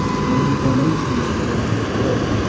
many formations throughout the war.